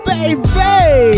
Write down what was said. Baby